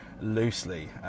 loosely